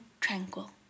tranquil